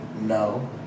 No